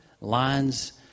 lines